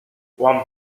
juan